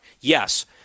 Yes